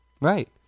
Right